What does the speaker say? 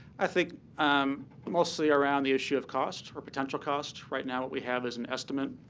i think um mostly around the issue of costs or potential costs. right now what we have is an estimate,